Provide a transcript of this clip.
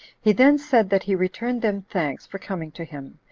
he then said that he returned them thanks for coming to him,